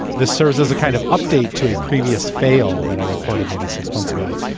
this serves as a kind of update to a previous fail that i reported maybe six months ago.